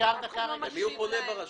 אל מי הוא פונה ברשות?